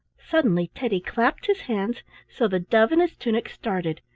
suddenly teddy clapped his hands so the dove in his tunic started.